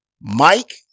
Mike